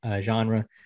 genre